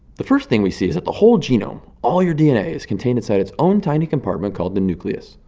the first thing we see is that the whole genome, all your dna, is contained inside its own tiny compartment, called the nucleus.